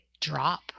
drop